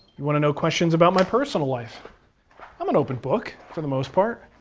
you want to know questions about my personal life i'm an open book, for the most part,